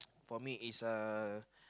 for me is uh